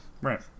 Right